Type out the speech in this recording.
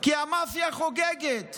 כי המאפיה חוגגת